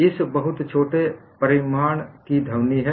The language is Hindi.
इस बहुत बहुत छोटे परिमाण की ध्वनि है